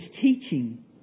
teaching